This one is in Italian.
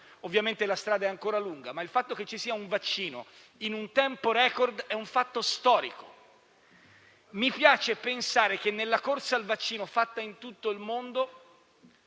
Ovviamente, la strada è ancora lunga, ma il fatto che ci sia un vaccino in un tempo record è un fatto storico. Mi piace pensare che nella corsa al vaccino fatta in tutto il mondo